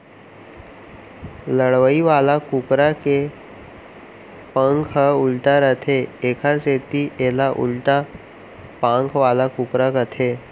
लड़ई वाला कुकरा के पांख ह उल्टा रथे एकर सेती एला उल्टा पांख वाला कुकरा कथें